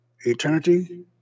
Eternity